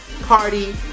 Party